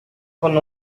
con